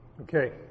Okay